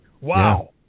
Wow